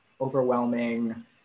overwhelming